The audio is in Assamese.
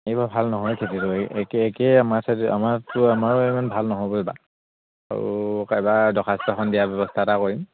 এইবাৰ ভাল নহয় খেতিটো একে একেই আমাৰ চাইডে আমাৰটো আমাৰো ইমান ভাল নহ'ব এইবাৰ আৰু কাইলে দৰ্খাস্তখন দিয়া ব্যৱস্থা এটা কৰিম